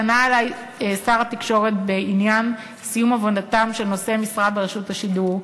פנה אלי שר התקשורת בעניין סיום עבודתם של נושאי משרה ברשות השידור,